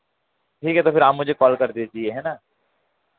ठीक है तो फिर आप मुझे कॉल कर दीजिये है ना